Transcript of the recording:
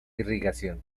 irrigación